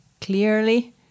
clearly